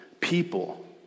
people